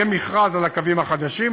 יהיה מכרז על הקווים החדשים,